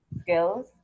skills